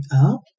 up